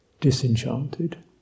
disenchanted